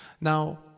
now